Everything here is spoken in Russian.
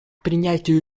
принятию